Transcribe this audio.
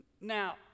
Now